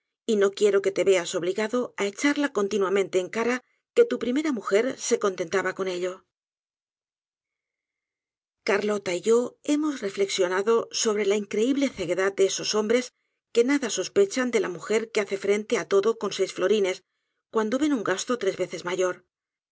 y no quiero que te veas obligado á echarla continuamente en cara que tu primera mujer se contentaba con ello carlota y yo hemos reflexionado sobre la increíble ceguedad de esos hombres que nada sospechan de la mujer que hace frente á todo con seis florines cuando ven un gasto tres veces mayor yo